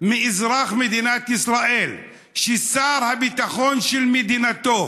מאזרח מדינת ישראל ששר הביטחון של מדינתו